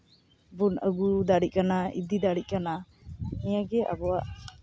ᱵᱚᱱ ᱟᱹᱜᱩ ᱫᱟᱲᱮᱜ ᱠᱟᱱᱟ ᱤᱫᱤ ᱫᱟᱲᱮᱜ ᱠᱟᱱᱟ ᱱᱤᱭᱟᱹᱜᱮ ᱟᱵᱚᱣᱟᱜ